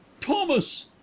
thomas